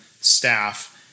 staff